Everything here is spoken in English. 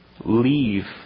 leave